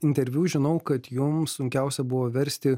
interviu žinau kad jum sunkiausia buvo versti